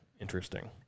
interesting